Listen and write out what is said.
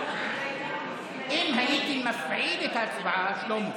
אם הייתי מפעיל את ההצבעה, שלמה,